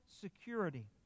security